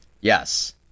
Yes